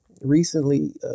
recently